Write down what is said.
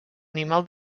animal